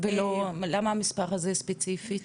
למה המספר הזה ספציפית?